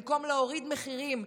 במקום להוריד מחירים,